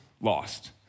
lost